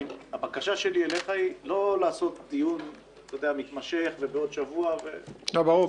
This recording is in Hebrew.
הבקשה שלי אליך היא לא לעשות דיון מתמשך ובעוד שבוע ו- -- ברור.